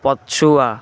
ପଛୁଆ